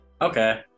Okay